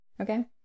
okay